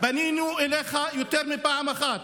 פנינו אליך יותר מפעם אחת.